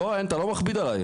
לא, אין, אתה לא מכביד עליי.